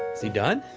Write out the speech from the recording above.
he done?